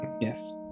Yes